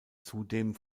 zudem